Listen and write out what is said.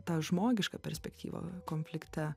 tą žmogišką perspektyvą konflikte